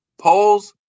Polls